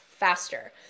faster